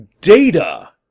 Data